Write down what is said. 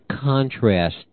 contrast